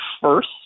first